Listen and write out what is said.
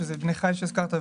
שזה בני חיל שהזכרת,